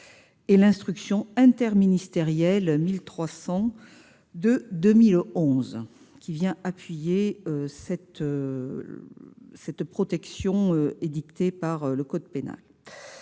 par l'instruction interministérielle n° 1300 de 2011, qui vient appuyer cette protection du code pénal.